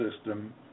system